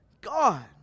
God